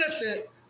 benefit